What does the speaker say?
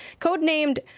codenamed